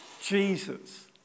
jesus